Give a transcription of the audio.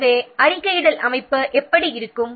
எனவே அறிக்கையிடல் அமைப்பு எப்படி இருக்கும்